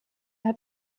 hat